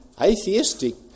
atheistic